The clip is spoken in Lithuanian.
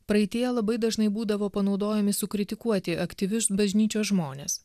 praeityje labai dažnai būdavo panaudojami sukritikuoti aktyvius bažnyčios žmones